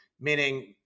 meaning